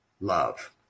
love